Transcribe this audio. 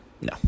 No